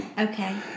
Okay